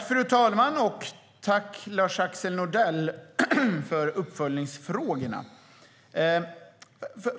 Fru talman! Tack, Lars-Axel Nordell, för uppföljningsfrågorna!